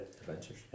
Adventures